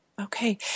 Okay